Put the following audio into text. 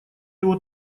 его